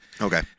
Okay